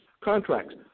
contracts